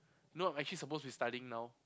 no I'm actually supposed to be studying now